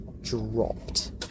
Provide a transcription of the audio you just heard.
dropped